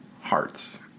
Hearts